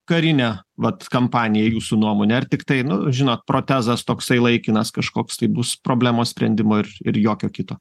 karine vat kampanija jūsų nuomone ar tiktai nu žinot protezas toksai laikinas kažkoks tai bus problemos sprendimo ir ir jokio kito